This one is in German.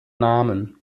namen